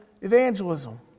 evangelism